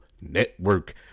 Network